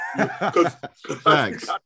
Thanks